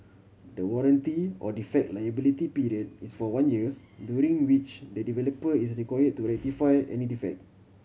the warranty or defect liability period is for one year during which the developer is require to rectify any defect